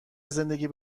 زندگی